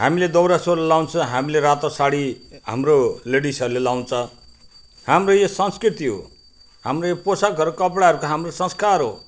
हामीले दौरा सुरुवाल लगाउँछु हामीले रातो साडी हाम्रो लेडिजहरूले लगाउँछ हाम्रो यो संस्कृति हो हाम्रो यो पोसाकहरू कपडाहरूको हाम्रो संस्कार हो